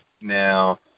Now